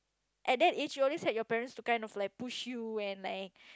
at that age you always have your parents to kinda like push you and like